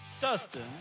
Dustin